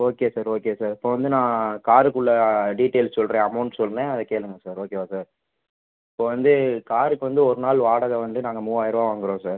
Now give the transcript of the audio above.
okay sir okay sir இப்போ வந்து நான் காருக்குள்ள டீட்டெயில்ஸ் சொல்கிறேன் அமௌண்ட் சொன்னேன் அதை கேளுங்கள் சார் ஓகேவா சார் இப்போ வந்து காருக்கு வந்து ஒரு நாள் வாடகை வந்து நாங்கள் மூவாயிர்ரூபா வாங்குகிறோம் சார்